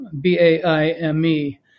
B-A-I-M-E